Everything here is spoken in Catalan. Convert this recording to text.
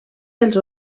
dels